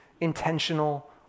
intentional